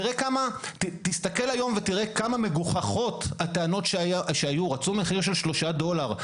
תראה כמה מגוחכות הטענות שהיו רצו מחירים של 3 דולר.